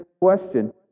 question